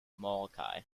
molokai